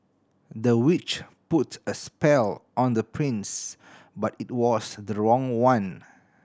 the witch put a spell on the prince but it was the wrong one